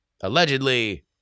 Allegedly